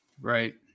Right